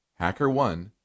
HackerOne